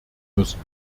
müssen